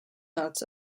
notes